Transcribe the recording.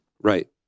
Right